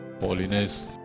holiness